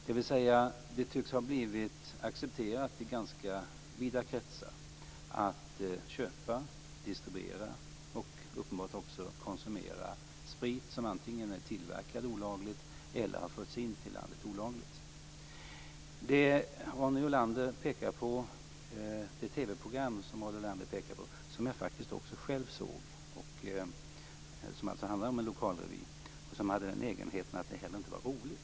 Det tycks ha blivit accepterat i ganska vida kretsar att köpa, distribuera och konsumera sprit som antingen är tillverkad olagligt eller har förts in i landet olagligt. Det TV-program som Ronny Olander pekar på såg jag också själv var en lokalrevy och hade den egenheten att den inte heller var rolig.